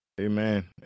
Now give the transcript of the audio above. Amen